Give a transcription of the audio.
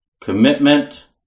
commitment